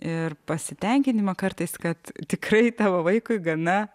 ir pasitenkinimą kartais kad tikrai tavo vaikui gana